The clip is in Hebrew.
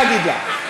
תני לי להגיד לך.